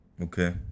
Okay